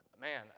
man